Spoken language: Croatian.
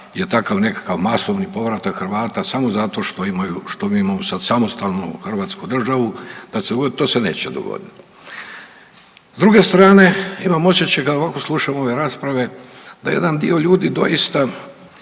je takav nekakav masovni povratak Hrvata samo zato što imaju, što mi imamo sad samostalnu hrvatsku državu, da će se dogoditi, to se neće dogoditi. S druge strane, imam osjećaj, kako slušam ove rasprave da jedan dio ljudi doista